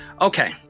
Okay